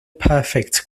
perfect